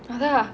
அதான்:athaan